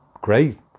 great